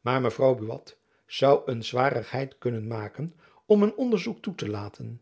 maar mevrouw buat zoû eens zwarigheid kunnen maken om een onderzoek toe te laten